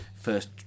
first